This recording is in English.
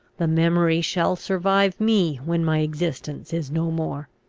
the memory shall survive me, when my existence is no more.